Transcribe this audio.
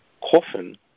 coffin